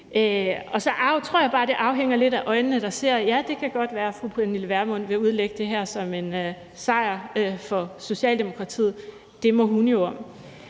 og så tror jeg bare, det afhænger lidt af øjnene, der ser. Ja, det kan godt være, at fru Pernille Vermund vil udlægge det her som en sejr for Socialdemokratiet. Det må hun jo om.